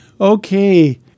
Okay